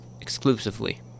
exclusively